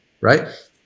right